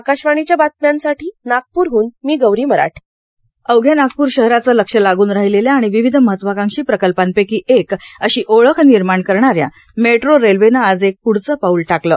आकाशवाणीच्या बातम्यांसाठी नागपूरहून मी गौरी मराठे अवघ्या नागपूर शहराचं लक्ष लागून राहीलेल्या आणि विविध महत्वाकांक्षी प्रकल्पांपैकी एक अशी ओळख निर्माण करणाऱ्या मेट्रो रेल्वेनं आज एक पृढचं पाऊल टाकलं